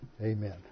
Amen